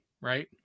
right